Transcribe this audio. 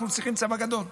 אנחנו צריכים צבא גדול.